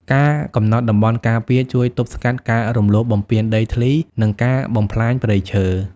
ការកំណត់តំបន់ការពារជួយទប់ស្កាត់ការរំលោភបំពានដីធ្លី និងការបំផ្លាញព្រៃឈើ។